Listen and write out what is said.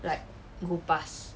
like go past